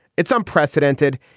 it's unprecedented.